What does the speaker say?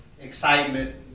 excitement